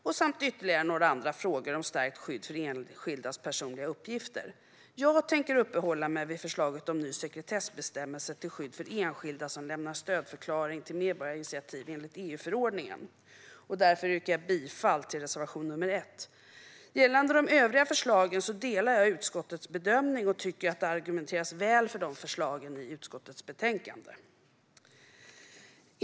Det finns ytterligare några frågor om stärkt skydd för enskildas personliga uppgifter. Jag tänker uppehålla mig vid förslaget om ny sekretessbestämmelse till skydd för enskilda som lämnar stödförklaring till medborgarinitiativ enligt EU-förordningen. Därför yrkar jag bifall till reservation 1. Gällande de övriga förslagen delar jag utskottets bedömning och tycker att det argumenteras väl för förslagen i utskottets betänkande.